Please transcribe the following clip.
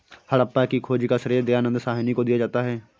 हड़प्पा की खोज का श्रेय दयानन्द साहनी को दिया जाता है